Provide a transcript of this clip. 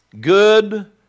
good